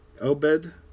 Obed